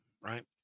right